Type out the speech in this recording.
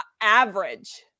average